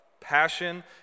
passion